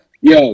Yo